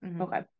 Okay